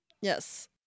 Yes